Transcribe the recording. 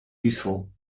useful